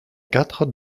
quatre